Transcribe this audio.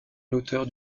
l’auteur